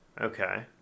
Okay